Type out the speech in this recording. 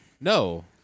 No